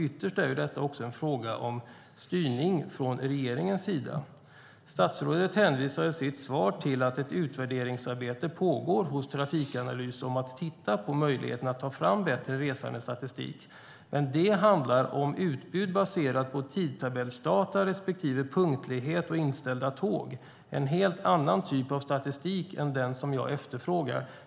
Ytterst är detta en fråga om styrning från regeringens sida. Statsrådet hänvisar i sitt svar till att ett utvärderingsarbete pågår hos Trafikanalys om möjligheten att ta fram bättre resandestatistik. Men det handlar om utbud baserat på tidtabellsdata respektive punktlighet och inställda tåg. Det är en helt annan typ av statistik än den som jag efterfrågar.